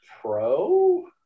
Pro